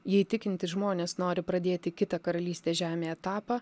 jei tikintys žmonės nori pradėti kitą karalystės žemėj etapą